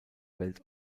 welt